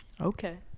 Okay